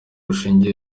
rushinzwe